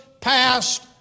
passed